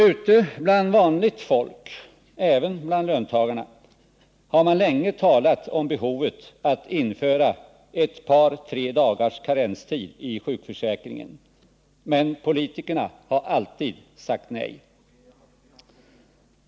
Ute bland ”vanligt folk”, även bland löntagare, har man länge talat om behovet av att införa ett par tre dagars karenstid i sjukförsäkringen, men politikerna har alltid sagt nej.